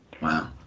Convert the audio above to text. Wow